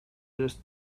just